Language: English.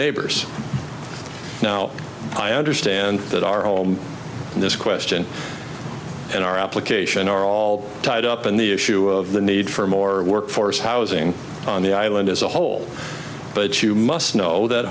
neighbors now i understand that are all in this question in our application are all tied up in the issue of the need for more workforce housing on the island as a whole but you must know that